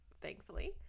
thankfully